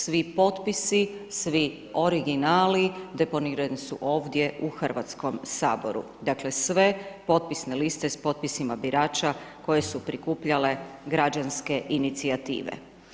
Svi potpisi, svi originali deponirani su ovdje u Hrvatskom saboru, dakle sve potpisne liste s potpisima birača koje su prikupljale građanske inicijative.